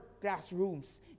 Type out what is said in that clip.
classrooms